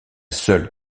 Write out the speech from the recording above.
seule